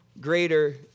greater